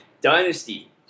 Dynasty